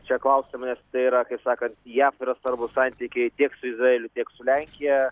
čia klausiama nes tai yra kaip sakant jav yra svarbūs santykiai tiek su izraeliu tiek su lenkija